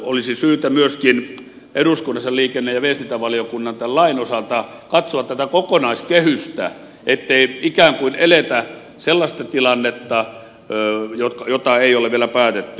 olisi myöskin syytä eduskunnassa liikenne ja viestintävaliokunnan tämän lain osalta katsoa tätä kokonaiskehystä ettei ikään kuin eletä sellaista tilannetta jota ei ole vielä päätetty